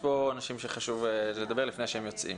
יש כאן אנשים שחשוב שידברו לפני שהם יוצאים.